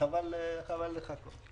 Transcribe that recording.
אנחנו